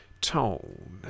tone